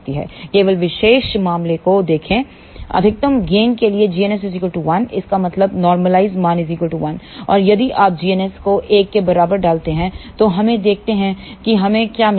केवल विशेष मामले को देखें अधिकतम गेन के लिए g ns 1 इसका मतलब हैनॉरमलाइज मान 1 और यदि आपg ns को 1 के बराबर डालते हैं तो हमें देखते हैं कि हमें क्या मिलता है